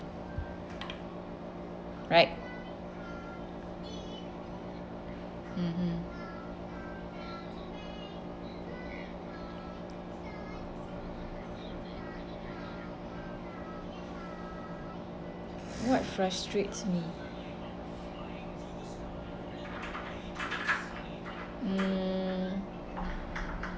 right mmhmm what frustrates me mm